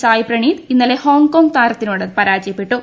സായ്പ്രണീത് ഇന്നലെ ഹ്ട്രൂങ് കോങ് താരത്തിനോട് പരാജയപ്പെട്ടു